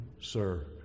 Sir